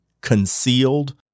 concealed